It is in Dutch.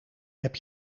heb